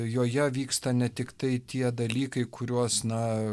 joje vyksta ne tiktai tie dalykai kuriuos na